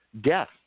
death